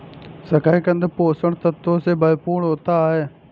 शकरकन्द पोषक तत्वों से भरपूर होता है